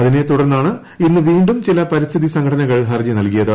അതിനെ തുടർന്നാണ് ഇന്ന് വീണ്ടും ചില പരിസ്ഥിതി സംഘടനകൾ ഹർജി നൽകിയത്